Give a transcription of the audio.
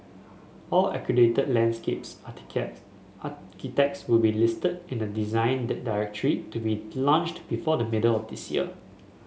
all accredited landscapes architects will be listed in a Design Directory to be launched before the middle of this year